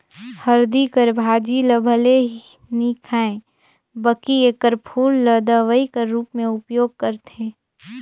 हरदी कर भाजी ल भले नी खांए बकि एकर फूल ल दवई कर रूप में उपयोग करथे